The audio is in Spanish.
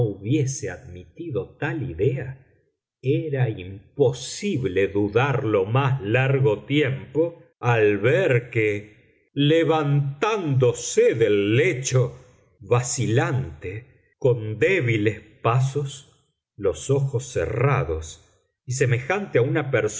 hubiese admitido tal idea era imposible dudarlo más largo tiempo al ver que levantándose del lecho vacilante con débiles pasos los ojos cerrados y semejante a una